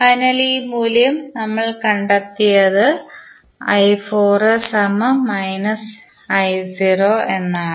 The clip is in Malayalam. അതിനാൽ ഈ മൂല്യം നമ്മൾ കണ്ടെത്തിയത് എന്നാണ്